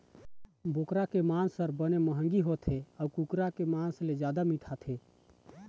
बोकरा के मांस ह बने मंहगी होथे अउ कुकरा के मांस ले जादा मिठाथे